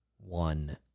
one